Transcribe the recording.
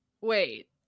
Wait